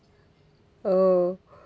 oh